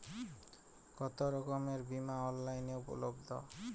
কতোরকমের বিমা অনলাইনে উপলব্ধ?